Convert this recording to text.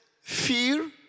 fear